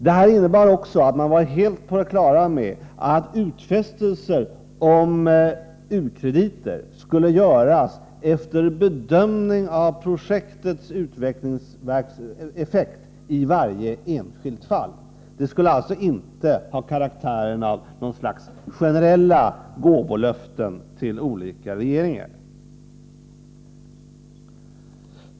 Detta innebar också att man var helt på det klara med att utfästelser om u-krediter skulle göras efter bedömning av projektens utvecklingseffekt i varje enskilt fall. Sådana utfästelser skulle alltså inte ha karaktären av generella gåvolöften till olika regeringar.